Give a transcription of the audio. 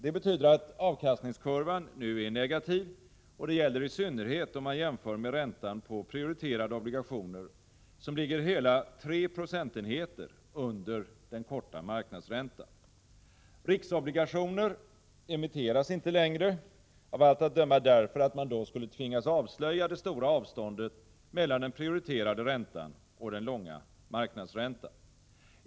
Det betyder att avkastningskurvan nu är negativ. Det gäller i synnerhet om man jämför med räntan på prioriterade obligationer, som ligger hela tre procentenheter under den korta marknadsräntan. Riksobligationer emitteras inte längre, av allt att döma därför att man då skulle tvingas avslöja det stora avståndet mellan den prioriterade räntan och den långa marknadsräntan.